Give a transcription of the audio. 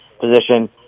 position